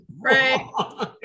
right